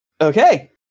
Okay